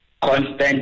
Constant